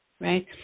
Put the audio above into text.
right